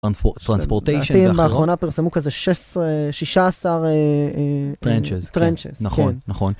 טרנספורטיישן, ואתם באחרונה פרסמו כזה 16 טרנצ'ס, נכון.